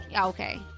Okay